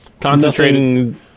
concentrating